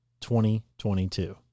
2022